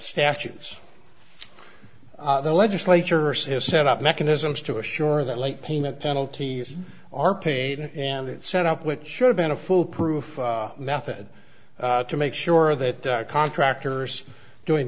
statues the legislature says set up mechanisms to assure that late payment penalties are paid and it set up which should have been a foolproof method to make sure that the contractors doing